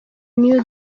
new